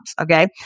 okay